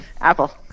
Apple